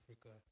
Africa